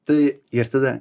tai ir tada